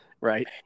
right